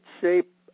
shape